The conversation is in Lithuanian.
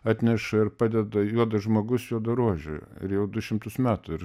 atneša ir padeda juodas žmogus juoda rožė ir jau du šimtus metų ir